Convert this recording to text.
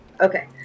Okay